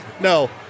no